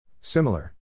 Similar